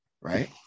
right